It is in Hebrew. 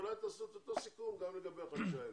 אולי תעשו את אותו סיכום גם לגבי החמישה האלה,